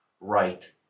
right